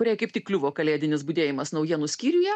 kuriai kaip tik kliuvo kalėdinis budėjimas naujienų skyriuje